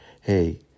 hey